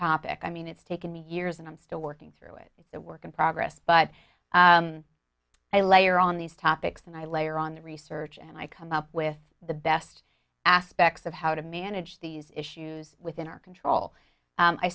topic i mean it's taken me years and i'm still working through it that work in progress but i layer on these topics and i layer on the research and i come up with the best aspects of how to manage these issues within our control